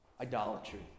idolatry